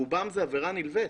רובם זה עבירה נלווית.